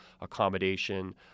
accommodation